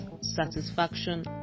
satisfaction